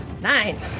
Nine